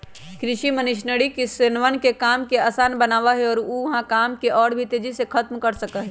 कृषि मशीनरी किसनवन के काम के आसान बनावा हई और ऊ वहां काम के और भी तेजी से खत्म कर सका हई